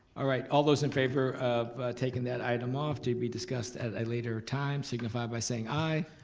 ah right. all those in favor of taking that item off to be discussed at a later time, signify by saying aye.